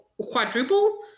quadruple